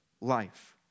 life